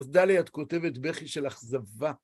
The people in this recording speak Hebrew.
אז טלי, את כותבת בכי של אכזבה.